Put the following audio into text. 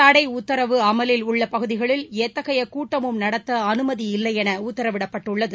தடை உத்தரவு அமலில் உள்ள பகுதிகளில் எத்தகைய கூட்டமும் நடத்த அனுமதி இல்லையென உத்தரவிடப்பட்டுள்ளது